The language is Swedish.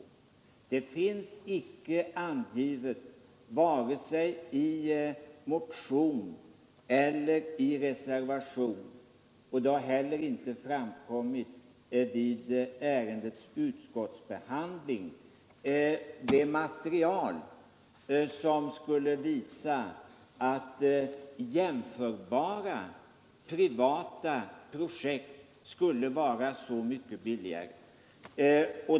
Något material som visar att jämförbara privata projekt skulle vara så mycket billigare finns icke angivet, vare sig i någon motion eller i någon reservation, och det har heller inte framkommit vid ärendets utskottsbehandling.